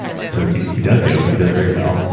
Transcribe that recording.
so he he does go, he does very well.